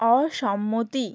অসম্মতি